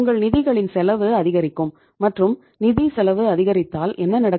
உங்கள் நிதிகளின் செலவு அதிகரிக்கும் மற்றும் நிதி செலவு அதிகரித்தால் என்ன நடக்கும்